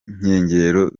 inkengero